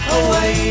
away